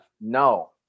no